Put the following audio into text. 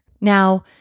Now